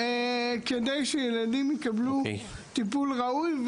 כדי שילדים יקבלו טיפול ראוי.